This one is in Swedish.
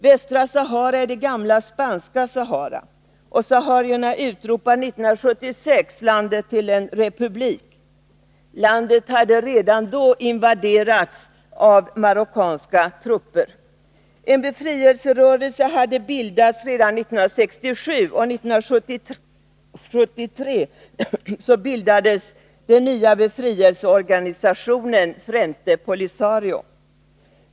Västra Sahara är det gamla Spanska Sahara. Saharierna utropade 1976 landet till republik. Landet hade redan då invaderats av marockanska trupper. En fredsrörelse hade bildats redan 1967, och 1973 bildades den nya befrielseorganisationen Frente Polisario.